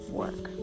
work